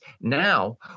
Now